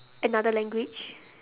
another language